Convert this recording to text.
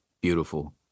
Beautiful